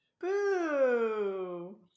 Boo